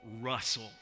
Russell